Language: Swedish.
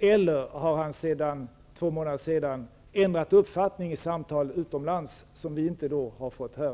eller har han sedan vår debatt för två månader sedan ändrat uppfattning vid sina samtal utomlands, vilket vi här inte har fått höra?